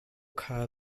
kerr